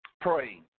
Pray